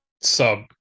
sub